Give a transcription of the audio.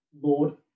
Lord